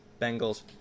Bengals